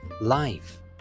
Life